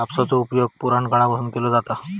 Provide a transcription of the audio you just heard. कापसाचो उपयोग पुराणकाळापासून केलो जाता हा